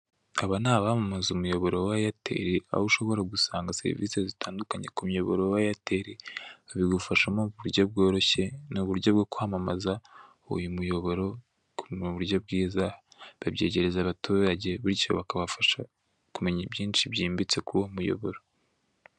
Aba ni abamamaza umuyoboro wa eyateri aho ushobora gusanga serivisi zitandukanye ku muyoboro wa eyateri, babigufashamo ku buryo bworoshye ni uburyo bwo kwamamaza uyu muyoboro ku ni uburyo bwiza, babyegereza abaturage bityo bakabafasha kumenya ibyinshi byimbitse kuwo muyoboro.